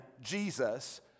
Jesus